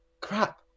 crap